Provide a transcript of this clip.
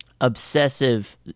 obsessive